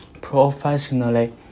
professionally